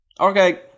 Okay